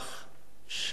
שזימנו